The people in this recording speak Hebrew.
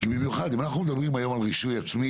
במיוחד כשאנחנו מדברים היום על רישוי עצמי